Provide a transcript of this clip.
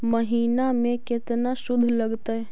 महिना में केतना शुद्ध लगतै?